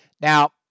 Now